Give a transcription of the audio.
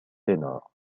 ténor